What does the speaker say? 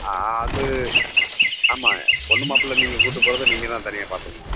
ஆ அது ஆமாம் பொண்ணு மாப்பிள நீங்கள் கூட்டுப் போகிறது நீங்கள் தான் தனியாக பார்த்துக்கணும்